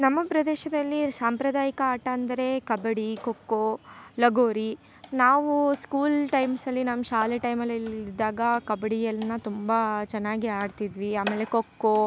ನಮ್ಮ ಪ್ರದೇಶದಲ್ಲಿ ಸಾಂಪ್ರದಾಯಿಕ ಆಟ ಅಂದರೆ ಕಬಡ್ಡಿ ಕೊಕ್ಕೊ ಲಗೋರಿ ನಾವು ಸ್ಕೂಲ್ ಟೈಮ್ಸ್ ಅಲ್ಲಿ ನಮ್ಮ ಶಾಲೆ ಟೈಮಲಲ್ಲಿ ಇದ್ದಾಗ ಕಬಡ್ಡಿಯನ್ನ ತುಂಬ ಚೆನ್ನಾಗಿ ಆಡ್ತಿದ್ವಿ ಆಮೇಲೆ ಕೊಕ್ಕೊ